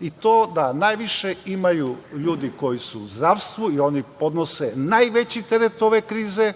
i to da najviše imaju ljudi koji su u zdravstvu i oni podnose najveći teret ove krize,